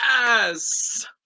Yes